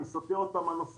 אני סוטה עוד פעם מהנושא.